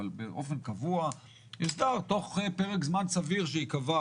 אבל באופן קבוע יוסדר תוך פרק זמן סביר שייקבע,